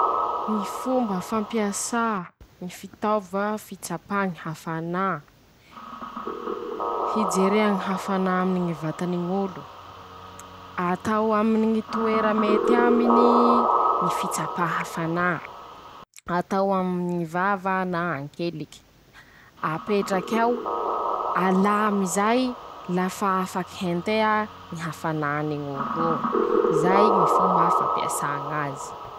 Ñy fomba fampiasà ñy fitaova fitsapa ñy hafanà: -Hijerea ñy hafanà aminy ñy vatany ñ'olo, atao aminy ñy toera mety aminyy, ñy fitsapa hafanà, atao aminy ñy vava na an-keliky, apetrak'ao, alam'izay lafa afak'entea, ñy hafanàny ñ'oloñe, zay Ñy fomba fampiasà ñazy.